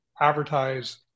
advertise